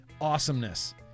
Awesomeness